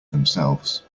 themselves